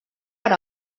per